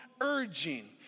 urging